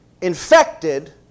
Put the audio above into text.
infected